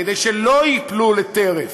כדי שלא ייפלו לטרף,